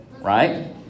Right